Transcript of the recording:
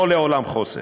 לא לעולם חוסן.